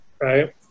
right